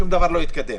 שום דבר לא יתקדם.